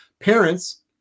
parents